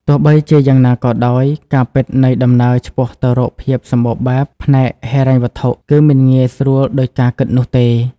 ទោះបីជាយ៉ាងណាក៏ដោយ ការពិតនៃដំណើរឆ្ពោះទៅរកភាពសម្បូរបែបផ្នែកហិរញ្ញវត្ថុ គឺមិនងាយស្រួលដូចការគិតនោះទេ។